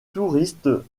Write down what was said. touristes